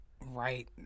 right